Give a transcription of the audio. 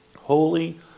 Holy